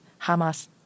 Hamas